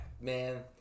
man